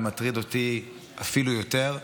זה מטריד אותי אפילו יותר,